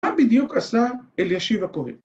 ‫מה בדיוק עשה אליישיב הכהן?